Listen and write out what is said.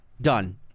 done